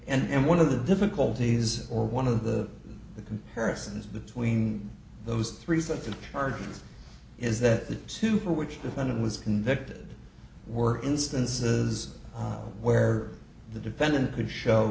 that and one of the difficulties or one of the the comparisons between those three sets in charge is that the two for which the senate was convicted were instances where the defendant could show